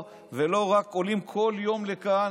ולא רק עולים כל יום לכאן